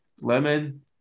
lemon